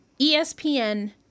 ESPN